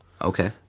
Okay